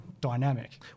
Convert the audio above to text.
dynamic